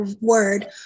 word